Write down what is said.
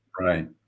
Right